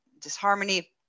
disharmony